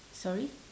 sorry